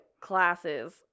classes